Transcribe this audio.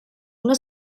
una